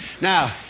Now